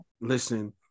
Listen